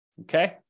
Okay